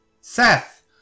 Seth